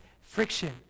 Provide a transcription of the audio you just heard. friction